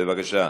בבקשה,